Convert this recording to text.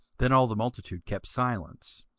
then all the multitude kept silence,